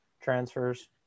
transfers